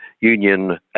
union